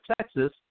Texas